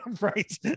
Right